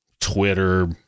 Twitter